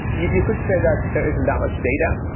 you could say that there isn't that much data.